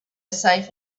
safe